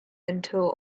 until